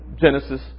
Genesis